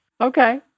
Okay